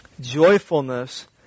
joyfulness